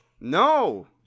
No